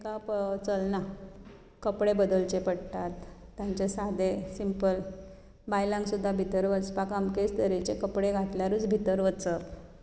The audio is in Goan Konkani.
तांकां चलना कपडे बदलचे पडटात तांचे सादे सिम्पल बायलांक सुद्दां भितर वचपाक अमकेच तरेचे कपडे घातल्यारूच भितर वचप